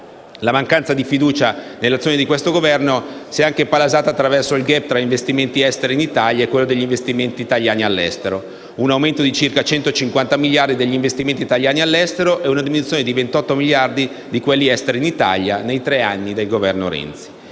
La mancanza di fiducia nell'azione di questo Governo si è anche palesata attraverso il *gap* tra investimenti esteri in Italia e investimenti italiani all'estero: un aumento di circa 150 miliardi degli investimenti italiani all'estero e una diminuzione di 28 miliardi di quelli esteri in Italia nei tre anni di Governo Renzi.